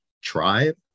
tribe